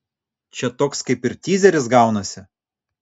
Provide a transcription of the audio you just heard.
čia toks kaip ir tyzeris gaunasi